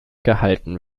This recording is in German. gehalten